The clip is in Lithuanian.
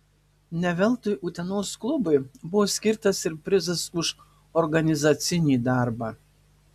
ne veltui utenos klubui buvo skirtas ir prizas už organizacinį darbą